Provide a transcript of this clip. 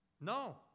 No